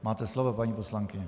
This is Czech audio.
Máte slovo, paní poslankyně.